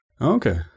Okay